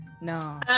No